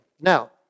Now